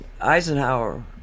Eisenhower